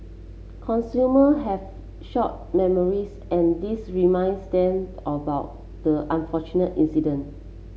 consumer have short memories and this reminds them about the unfortunate incident